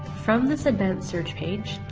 from this advanced search page,